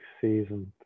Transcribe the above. season